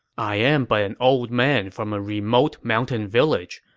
i am but an old man from a remote mountain village,